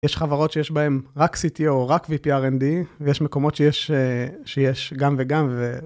יש חברות שיש בהן רק CTO, רק VPRND, ויש מקומות שיש... שיש גם וגם ו...